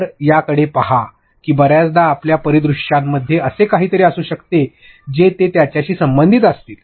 तर याकडे पहा की बर्याचदा आपल्या परिदृश्यांमध्ये असे काहीतरी असू शकते जे ते त्याच्याशी संबंधित असतील